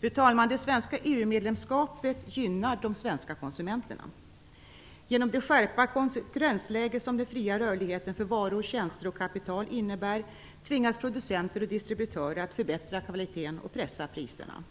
Fru talman! Det svenska EU-medlemskapet gynnar de svenska konsumenterna. Genom det skärpta konkurrensläge som den fria rörligheten för varor, tjänster och kapital innebär tvingas producenter och distributörer att förbättra kvaliteten och pressa priserna.